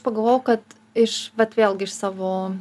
pagalvojau kad iš vat vėlgi iš savo